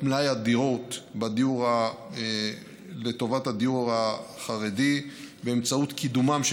מלאי הדירות לטובת הדיור החרדי באמצעות קידומן של